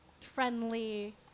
friendly